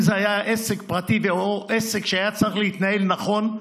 אם זה היה עסק פרטי או עסק שהיה צריך להתנהל נכון,